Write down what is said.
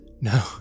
no